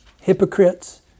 hypocrites